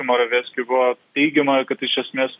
moraveckiui buvo teigiama kad iš esmės